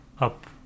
up